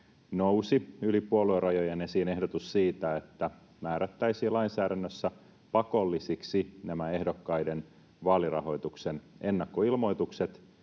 nousi yli puoluerajojen esiin ehdotus siitä, että määrättäisiin lainsäädännössä pakollisiksi nämä ehdokkaiden vaalirahoituksen ennakkoilmoitukset,